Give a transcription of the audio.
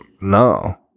No